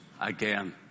again